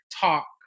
talk